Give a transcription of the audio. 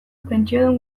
pentsiodun